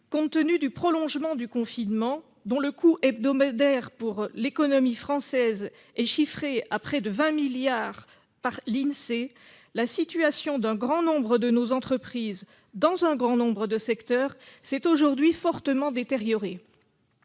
Compte tenu du prolongement du confinement, dont le coût hebdomadaire pour l'économie française est chiffré à près de 20 milliards d'euros par l'Insee, la situation d'un grand nombre de nos entreprises, dans un grand nombre de secteurs, s'est aujourd'hui fortement détériorée.